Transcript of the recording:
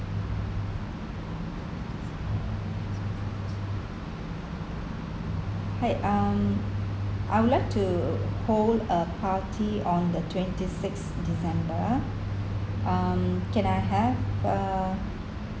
hi um I would like to hold a party on the twenty sixth december um can I have uh